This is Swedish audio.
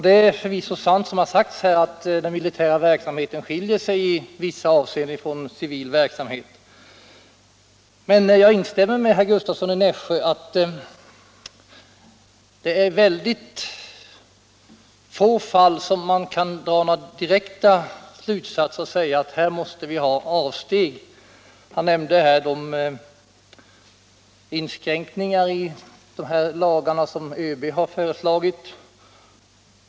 Det är förvisso sant som har sagts här, att den militära verksamheten skiljer sig i vissa avseenden från civil verksamhet. Men jag håller med herr Gustavsson i Nässjö om att det är väldigt få fall där man kan dra några direkta slutsatser och säga att här måste vi ha avsteg. Han nämnde bl.a. de inskränkningar i gällande lagar som ÖB har föreslagit.